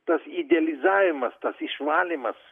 tas idealizavimas tas išvalymas